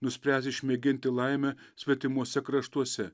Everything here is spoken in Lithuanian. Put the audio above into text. nuspręs išmėginti laimę svetimuose kraštuose